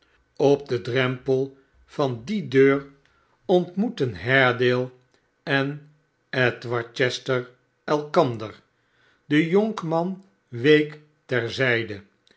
op den drempel van lie deur ontmoetten haredale en edward chester elkander de jonkman week